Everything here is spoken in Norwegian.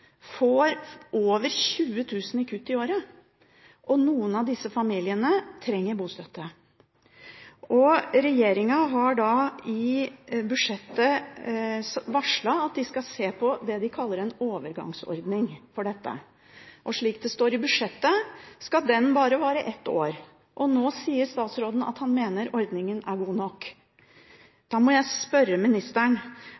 får over 20 000 i kutt i året, og noen av disse familiene trenger bostøtte. Regjeringen har i budsjettet varslet at de skal se på det de kaller en overgangsordning for dette, og slik det står i budsjettet, skal den bare vare i ett år. Nå sier statsråden at han mener ordningen er god